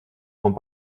font